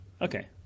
Okay